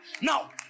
Now